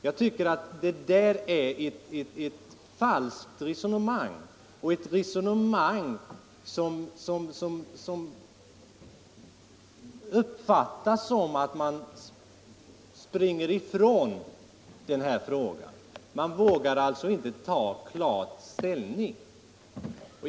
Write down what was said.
Jag tycker att det är ett falskt resonemang, och det är ett resonemang som uppfattas som att man springer ifrån den här frågan. Man vågar alltså inte ta klar ställning.